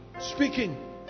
speaking